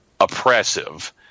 oppressive